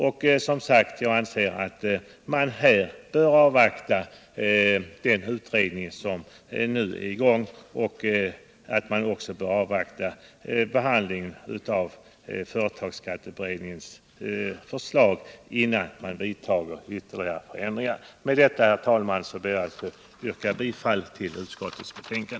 Och jag anser att vi bör avvakta den utredning som nu är i gång och även behandlingen av företagsskatteberedningens förslag innan vi vidtar ytterligare åtgärder. Med detta, herr talman, ber jag att få yrka bifall till utskottets hemställan.